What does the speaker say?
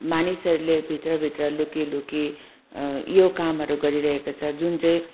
मानिसहरूले भित्रभित्र लुकी लुकी यो कामहरू गरिरहेको छ जुन चाहिँ